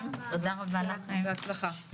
ובהצלחה.